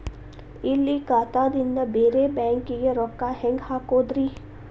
ಇಲ್ಲಿ ಖಾತಾದಿಂದ ಬೇರೆ ಬ್ಯಾಂಕಿಗೆ ರೊಕ್ಕ ಹೆಂಗ್ ಹಾಕೋದ್ರಿ?